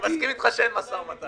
אני מסכים איתך שאין משא ומתן.